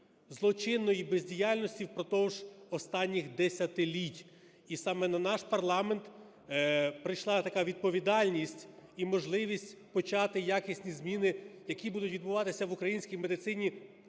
злочинної бездіяльності впродовж останніх десятиліть. І саме на наш парламент прийшла така відповідальність і можливість почати якісні зміни, які будуть відбуватися в українській медицині